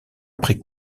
après